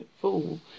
fool